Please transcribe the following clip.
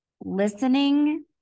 listening